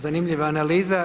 Zanimljiva analiza.